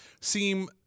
seem